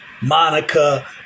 Monica